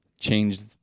changed